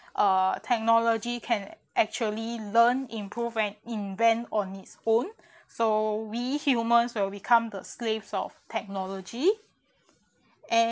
uh technology can actually learn improve and invent on its own so we humans will become the slaves of technology and